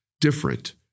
different